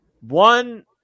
One